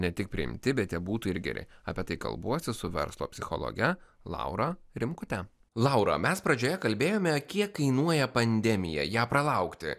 ne tik priimti bet jie būtų ir geri apie tai kalbuosi su verslo psichologe laura rimkute laura mes pradžioje kalbėjome kiek kainuoja pandemija ją pralaukti